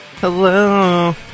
Hello